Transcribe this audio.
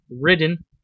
ridden